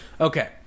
Okay